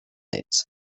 néts